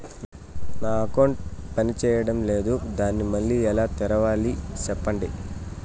నా అకౌంట్ పనిచేయడం లేదు, దాన్ని మళ్ళీ ఎలా తెరవాలి? సెప్పండి